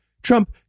Trump